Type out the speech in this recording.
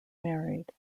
married